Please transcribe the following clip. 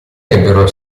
ebbero